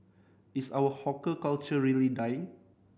is our hawker culture really dying